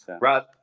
Rod